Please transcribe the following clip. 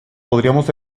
podríamos